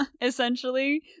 essentially